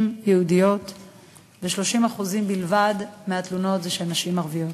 יהודיות ו-30% בלבד מהתלונות הן של נשים ערביות.